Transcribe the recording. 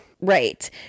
Right